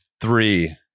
three